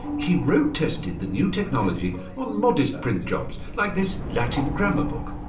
he road-tested the new technology on modest print jobs like this latin grammar book.